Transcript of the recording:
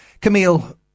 Camille